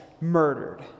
murdered